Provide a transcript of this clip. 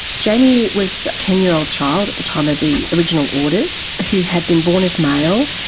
jamie was a ten year old child at the time of the original orders who had been born as male,